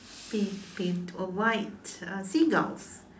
paint paint a white uh seagulls